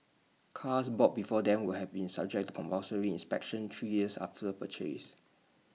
cars bought before then will have been subject to compulsory inspections three years after purchase